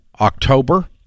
October